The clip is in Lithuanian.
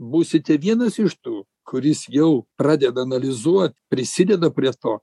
būsite vienas iš tų kuris jau pradeda analizuot prisideda prie to